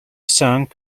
sung